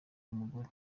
y’umugore